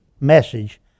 message